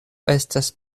estas